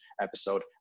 episode